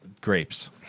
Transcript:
grapes